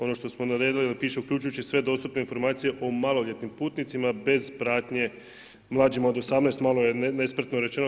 Ono što smo naredili da piše uključujući sve dostupne informacije o maloljetnim putnicima bez pratnje mlađim od 18, malo je nespretno rečeno.